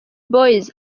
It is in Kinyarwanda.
boyz